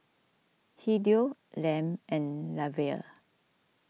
Hideo Lem and Lavelle